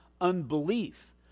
unbelief